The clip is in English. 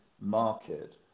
market